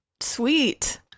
Sweet